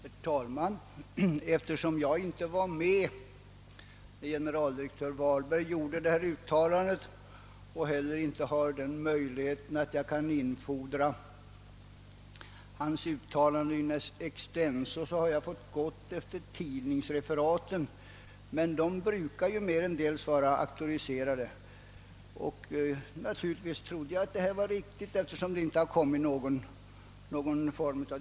Herr talman! Eftersom jag inte var med när generaldirektör Vahlberg gjorde detta uttalande och inte heller kan infordra hans uttalande in extenso har jag måst gå efter tidningsreferaten, men dessa brukar ju vara auktoriserade. Naturligtvis trodde jag att tidningsreferatet var riktigt eftersom det inte kommit något slags dementi.